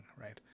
right